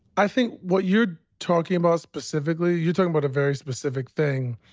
i think what you're talking about specifically, you're talking about a very specific thing,